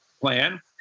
plan